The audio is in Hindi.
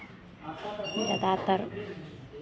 ज़्यादातर